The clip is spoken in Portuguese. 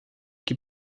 que